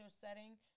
setting